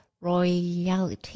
royalty